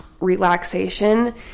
relaxation